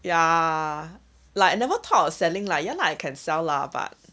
ya like I never thought of selling lah ya lah I can sell lah but